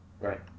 Right